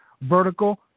vertical